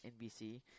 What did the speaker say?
NBC